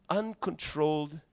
uncontrolled